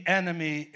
enemy